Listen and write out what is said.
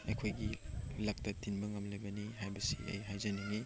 ꯑꯩꯈꯣꯏꯒꯤ ꯂꯛꯇ ꯇꯤꯟꯕ ꯉꯝꯂꯤꯕꯅꯤ ꯍꯥꯏꯕꯁꯤ ꯑꯩ ꯍꯥꯏꯖꯅꯤꯡꯉꯤ